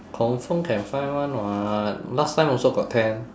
confirm can find [one] [what] last time also got tent